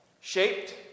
shaped